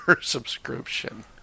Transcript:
subscription